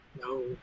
no